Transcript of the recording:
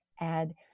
add